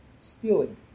stealing